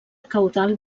caudal